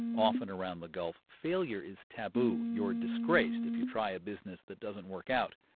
often around the gulf, failure is taboo. you're disgraced if you try a business that doesn't work out.